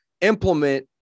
implement